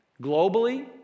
Globally